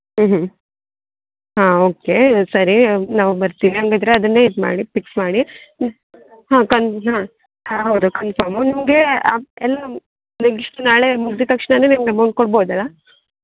ಹ್ಞೂ ಹ್ಞೂ ಹಾಂ ಓಕೆ ಸರಿ ನಾವು ಬರ್ತಿವಿ ಹಂಗಿದ್ರೆ ಅದನ್ನೇ ಇದು ಮಾಡಿ ಪಿಕ್ಸ್ ಮಾಡಿ ಹಾಂ ಕನ್ ಹಾಂ ಹಾಂ ಹೌದು ಕನ್ಫಮು ನಿಮಗೆ ಎಲ್ಲ ನಾಳೆ ಮುಗ್ದಿದ ತಕ್ಷಣ ನಿಮ್ಗೆ ಅಮೌಂಟ್ ಕೊಡ್ಬೌದಲ